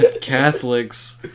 Catholics